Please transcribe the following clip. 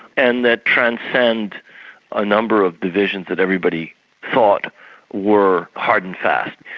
and that transcend a number of divisions that everybody thought were hard and fast.